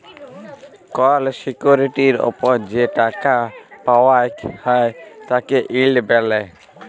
call সিকিউরিটির ওপর যে টাকা পাওয়াক হ্যয় তাকে ইল্ড ব্যলে